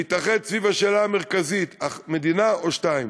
להתאחד סביב השאלה המרכזית: מדינה או שתיים?